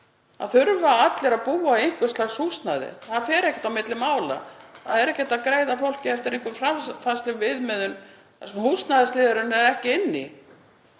Það þurfa allir að búa í einhvers lags húsnæði. Það fer ekkert á milli mála. Það er ekki hægt að greiða fólki eftir einhverjum föstum viðmiðum þar sem húsnæðisliðurinn er ekki inni.